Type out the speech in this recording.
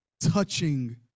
touching